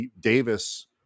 Davis